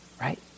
Right